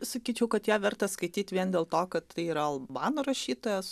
sakyčiau kad ją verta skaityt vien dėl to kad tai yra albanų rašytojas